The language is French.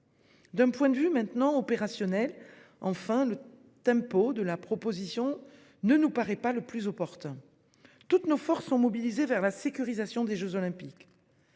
D'un point de vue opérationnel, enfin. Le tempo de la proposition ne nous paraît en effet pas le plus opportun. Toutes nos forces sont mobilisées vers la sécurisation des jeux Olympiques